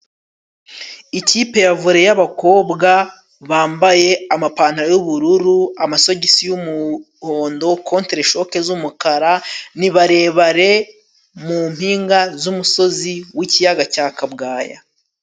Ikipe ya vole y'abakobwa bambaye amapantaro yubururu, amasogisi y'umuhondo. contereshoke z'umukara, ni barebare mu mpinga z'umusozi w'ikiyaga cya Kabwaya.